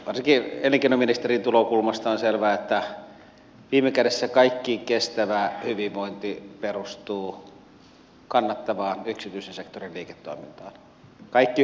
varsinkin elinkeinoministerin tulokulmasta on selvää että viime kädessä kaikki kestävä hyvinvointi perustuu kannattavaan yksityisen sektorin liiketoimintaan